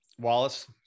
Wallace